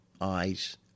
eyes